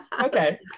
Okay